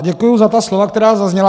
Děkuji za ta slova, která zazněla.